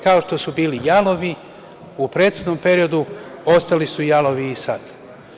Kao što su bili jalovi u prethodnom periodu, ostali su jalovi i sada.